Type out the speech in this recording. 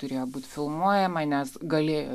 turėjo būt filmuojama nes galėjo